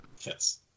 Yes